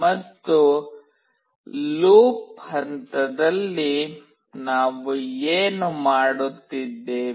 ಮತ್ತು ಲೂಪ್ ಹಂತದಲ್ಲಿ ನಾವು ಏನು ಮಾಡುತ್ತಿದ್ದೇವೆ